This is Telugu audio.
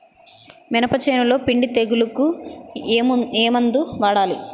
మినప చేనులో పిండి తెగులుకు ఏమందు వాడాలి?